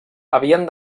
havien